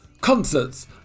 Concerts